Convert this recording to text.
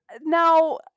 now